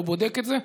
לא בודק את זה.